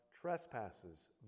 trespasses